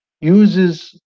Uses